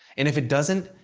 and if it doesn't,